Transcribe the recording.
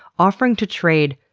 offering to trade,